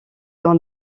dans